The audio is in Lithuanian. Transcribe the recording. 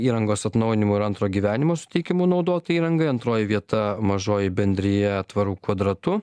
įrangos atnaujinimu ir antro gyvenimo suteikimu naudotai įrangai antroji vieta mažoji bendrija tvaru kvadratu